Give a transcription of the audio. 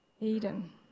Eden